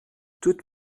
toute